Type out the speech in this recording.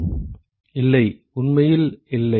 மாணவர் இல்லை உண்மையில் இல்லை